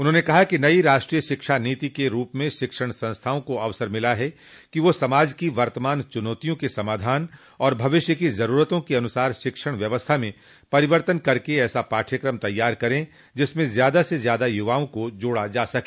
उन्होने कहा कि नई राष्ट्रीय शिक्षा नीति के रूप में शिक्षण संस्थाओं को अवसर मिला है कि वे समाज की वर्तमान चुनौतियों के समाधान और भविष्य की जरूरतों के अनुसार शिक्षण व्यवस्था में परिवर्तन करके ऐसा पाठ्यक्रम तैयार करें जिसमें ज्यादा से ज्यादा युवाओं को जोड़ा जा सके